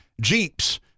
Jeeps